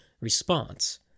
response